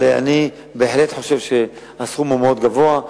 אני בהחלט חושב שהסכום מאוד גבוה,